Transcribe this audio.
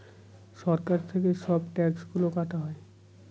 সরকার থেকে সব ট্যাক্স গুলো কাটা হয়